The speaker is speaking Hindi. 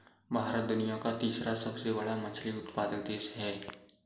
भारत दुनिया का तीसरा सबसे बड़ा मछली उत्पादक देश है